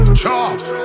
chop